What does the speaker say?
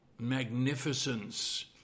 magnificence